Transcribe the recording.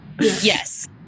Yes